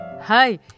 Hi